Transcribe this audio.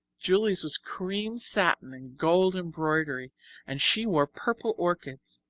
julia's was cream satin and gold embroidery and she wore purple orchids.